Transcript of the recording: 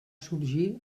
sorgir